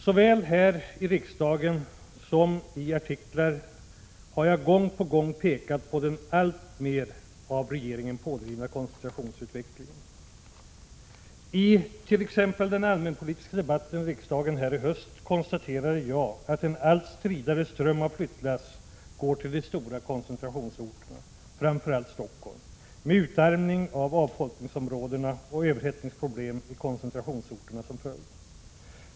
Såväl i inlägg här i riksdagen som i artiklar har jag gång på gång pekat på den alltmer av regeringen pådrivna koncentrationsutvecklingen. Exempelvis i den allmänpolitiska debatten här i riksdagen i höst konstaterade jag att en allt stridare ström av flyttlass går till de stora koncentrationsorterna, framför allt till Stockholm, med utarmning av avfolkningsområdena och överhettningsproblem i koncentrationsorterna som följd.